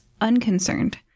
unconcerned